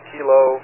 Kilo